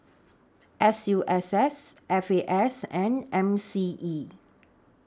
S U S S F A S and M C E